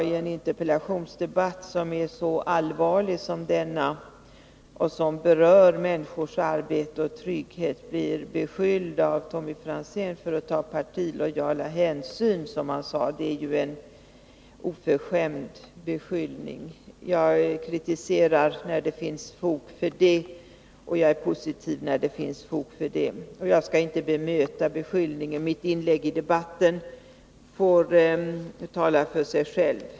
I en interpellationsdebatt som är så allvarlig som denna och som berör människors arbete och trygghet blir jag beskylld av Tommy Franzén för att ta partilojala hänsyn. Det är en oförskämd beskyllning. Jag kritiserar när det finns fog för det, och jag är positiv när det finns fog för det. Jag skall inte bemöta beskyllningen. Mitt inlägg i debatten får tala för sig självt.